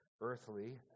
earthly